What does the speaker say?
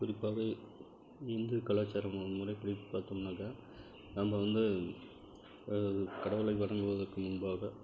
குறிப்பாகவே இந்து கலாச்சார மு முறைப்படி பார்த்தோம்னாக்கா நம்ம வந்து அதாவது கடவுளை வணங்குவதற்கு முன்பாக